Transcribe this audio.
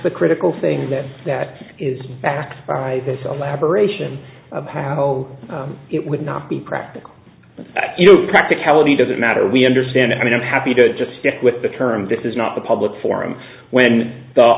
the critical thing that that is backed by this all aberration of how it would not be practical practicality doesn't matter we understand i mean i'm happy to just stick with the term this is not a public forum when the